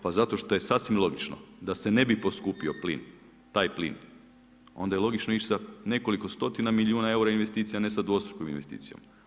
Pa zato što je sasvim logično da se ne bi poskupio plin, taj plin, onda je logično ići sa nekoliko stotina milijuna eura investicija ne sa dvostrukom investicijom.